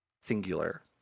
singular